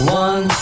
one